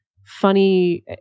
funny